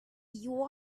you